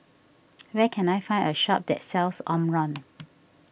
where can I find a shop that sells Omron